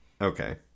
okay